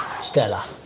Stella